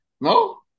No